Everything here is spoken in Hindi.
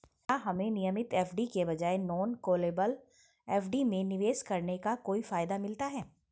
क्या हमें नियमित एफ.डी के बजाय नॉन कॉलेबल एफ.डी में निवेश करने का कोई फायदा मिलता है?